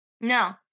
No